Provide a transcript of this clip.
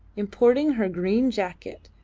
importing her green jacket,